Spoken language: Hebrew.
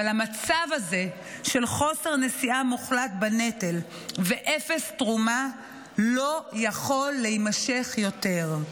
אבל המצב הזה של חוסר נשיאה מוחלט בנטל ואפס תרומה לא יכול להימשך יותר.